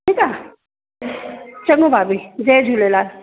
ठीकु आहे चङो भाभी जय झूलेलाल